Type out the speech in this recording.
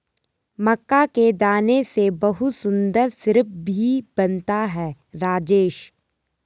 मक्का के दाने से बहुत सुंदर सिरप भी बनता है राजेश